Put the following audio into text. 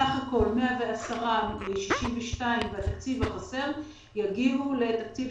בסך הכול 110 מיליון שקלים ו-62 מיליון שקלים והתקציב החסר יגיעו לתקציב